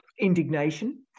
indignation